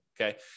okay